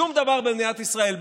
שום דבר במדינת ישראל,